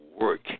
work